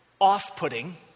off-putting